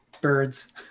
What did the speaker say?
birds